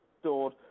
stored